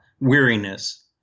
weariness